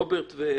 רוברט וסופה,